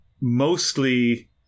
mostly